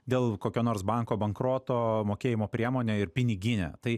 dėl kokio nors banko bankroto mokėjimo priemonę ir piniginę tai